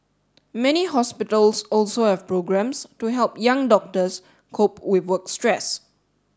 many hospitals also have programmes to help young doctors cope with work stress